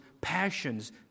passions